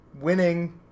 winning